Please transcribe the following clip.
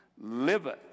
liveth